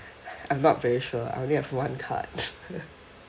I'm not very sure I only have one card `